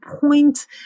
point